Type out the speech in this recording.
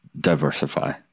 diversify